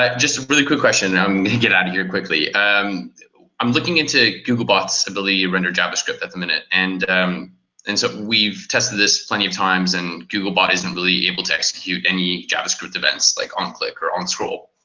um just a really quick question and i'm going to get out of here quickly. um i'm looking into googlebot's ability to render javascript at the minute. and and so we've tested this plenty of times and googlebot isn't really able to execute any javascript events like onclick or onscroll.